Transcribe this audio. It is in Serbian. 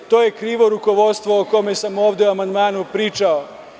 Za to je krivo rukovodstvo o kome sam ovde u amandmanu pričao.